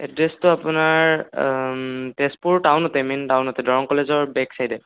এড্ৰেছটো আপোনাৰ তেজপুৰ টাউনতে মেইন টাউনতে দৰং কলেজৰ বেক ছাইদে